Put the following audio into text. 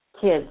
kids